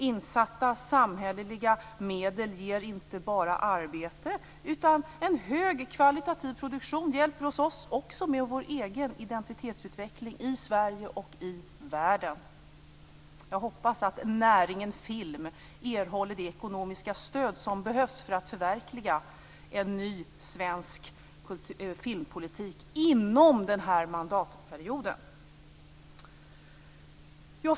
Insatta samhälleliga medel ger inte bara arbete, utan en hög kvalitativ produktion hjälper oss också med vår egen identitetsutveckling i Sverige och världen. Jag hoppas att näringen film erhåller det ekonomiska stöd som behövs för att förverkliga en ny svensk filmpolitik inom den här mandatperioden.